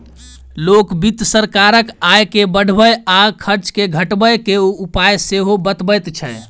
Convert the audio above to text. लोक वित्त सरकारक आय के बढ़बय आ खर्च के घटबय के उपाय सेहो बतबैत छै